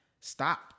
stop